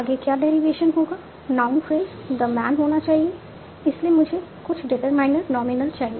आगे क्या डेरिवेशन होगा नाउन फ्रेज द मैन होना चाहिए इसलिए मुझे कुछ डिटरमाइनर नॉमिनल चाहिए